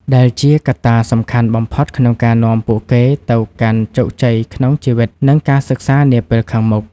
ដែលជាកត្តាសំខាន់បំផុតក្នុងការនាំពួកគេទៅកាន់ជោគជ័យក្នុងជីវិត និងការសិក្សានាពេលខាងមុខ។